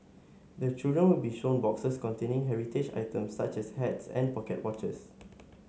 the children will be shown boxes containing heritage items such as hats and pocket watches